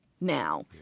now